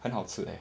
很好吃 leh